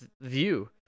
view